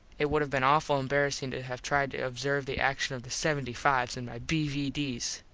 it would have been awful embarassing to have tried to observe the action of the seventy five s in my b v ds.